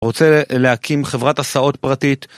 רוצה להקים חברת הסעות פרטית